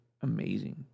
amazing